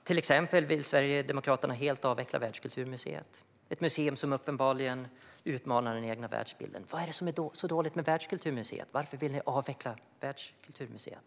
Till exempel vill Sverigedemokraterna helt avveckla Världskulturmuseet, ett museum som uppenbarligen utmanar deras egen världsbild. Vad är det som är så dåligt med Världskulturmuseet? Varför vill ni avveckla Världskulturmuseet?